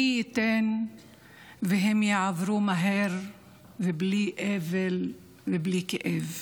מי ייתן והם יעברו מהר ובלי אבל ובלי כאב.